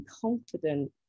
confident